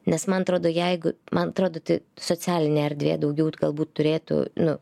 nes man atrodo jeigu man atrodo tai socialinė erdvė daugiau vat galbūt turėtų nu